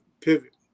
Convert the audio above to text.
pivot